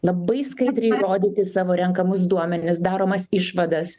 labai skaidriai rodyti savo renkamus duomenis daromas išvadas